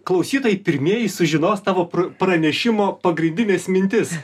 klausytojai pirmieji sužinos tavo pr pranešimo pagrindines mintis